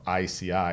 ICI